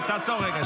תעצור רגע.